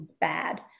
bad